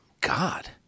God